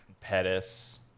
Pettis